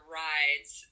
rides